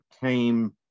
came